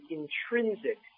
intrinsic